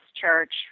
church